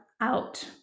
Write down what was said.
out